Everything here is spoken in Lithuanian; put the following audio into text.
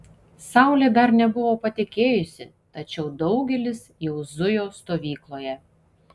saulė dar nebuvo patekėjusi tačiau daugelis jau zujo stovykloje